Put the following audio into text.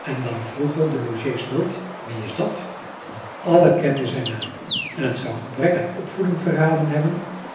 en dan vroegen de logé's nooit wie is dat want allen kenden zijn naam en het zou gebrek aan opvoeding verraden hebben